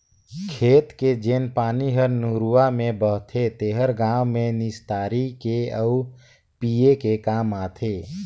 खेत के जेन पानी हर नरूवा में बहथे तेहर गांव में निस्तारी के आउ पिए के काम आथे